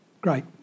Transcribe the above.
Great